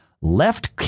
left